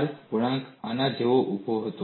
R વળાંક આના જેવો ઊભો હતો